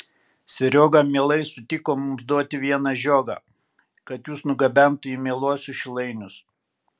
serioga mielai sutiko mums duoti vieną žiogą kad jus nugabentų į mieluosius šilainius